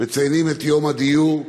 מציינים את יום הדיור.